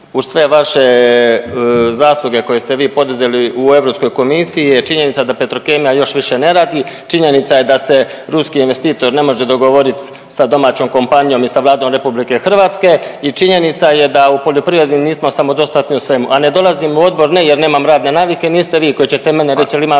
uz sve vaše zasluge koje ste vi poduzeli u Europskoj komisiji je činjenica da Petrokemija još više ne radi, činjenica je da se ruski investitor ne može dogovorit sa domaćom kompanijom i sa Vladom RH i činjenica je da u poljoprivredi nismo samodostatni u svemu. A ne dolazim u odbor ne jer nemam radne navike, niste vi koji ćete meni reći jel ima